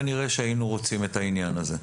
כנראה שהיינו רוצים את העניין הזה.